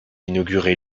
inaugurée